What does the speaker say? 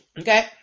Okay